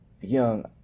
young